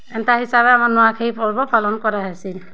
ଏନ୍ତା ହିସାବେ ଆମର୍ ନୂଆଖାଇ ପର୍ବ୍ ପାଳନ୍ କରାହେସି